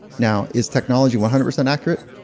now is technology one hundred percent accurate?